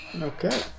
Okay